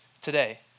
today